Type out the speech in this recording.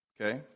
Okay